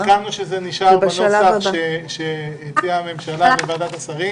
סיכמנו שזה נשאר בנוסח שהציעה הממשלה בוועדת השרים.